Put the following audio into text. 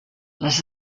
les